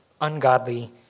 ungodly